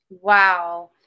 Wow